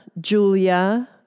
Julia